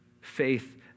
Faith